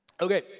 Okay